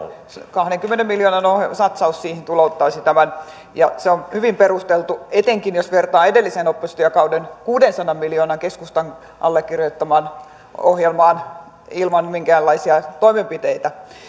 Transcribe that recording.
kahdenkymmenen miljoonan satsaus siihen tulouttaisi tämän ja se on hyvin perusteltu etenkin jos vertaa edellisen oppositiokauden keskustan allekirjoittamaan kuudensadan miljoonan ohjelmaan ilman minkäänlaisia toimenpiteitä